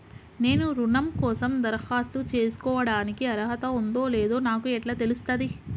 నేను రుణం కోసం దరఖాస్తు చేసుకోవడానికి అర్హత ఉందో లేదో నాకు ఎట్లా తెలుస్తది?